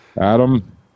Adam